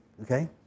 okay